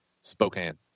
spokane